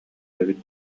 эбит